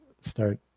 start